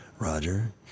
Roger